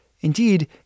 Indeed